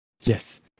Yes